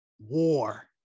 war